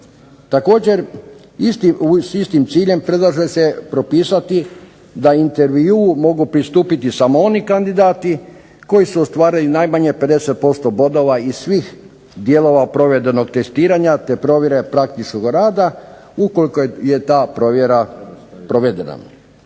Također s istim ciljem predlaže se propisati da intervjuu mogu pristupiti samo oni kandidati koji su ostavili najmanje 50% bodova iz svih dijelova testiranja, te provjere praktičnog rada ukoliko je ta provjera provedena.